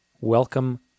Welcome